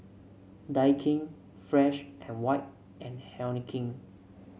Daikin Fresh And White and Heinekein